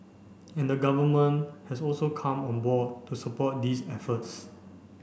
and the Government has also come on board to support these efforts